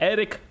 Eric